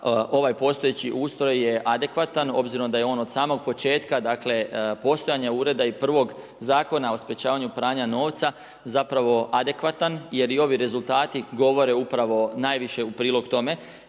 ovaj postojeći ustroj je adekvatan obzirom da je on od samog početka postojanja ureda i prvog Zakona o sprečavanju pranja novca, adekvatan jer i ovi rezultati govore upravo najviše u prilog tome